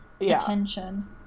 attention